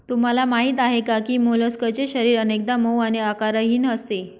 तुम्हाला माहीत आहे का की मोलस्कचे शरीर अनेकदा मऊ आणि आकारहीन असते